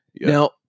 Now